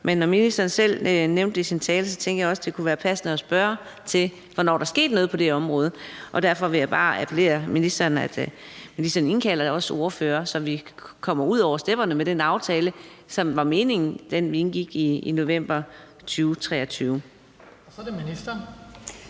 men når ministeren selv nævnte det i sin tale, tænkte jeg også, det kunne være passende at spørge til, hvornår der skete noget på det område. Og derfor vil jeg bare appellere til, at ministeren indkalder os ordførere, så vi kommer ud over stepperne med den aftale, hvilket var meningen, da vi indgik den i november 2023. Kl. 18:31 Den